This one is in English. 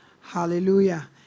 Hallelujah